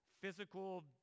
physical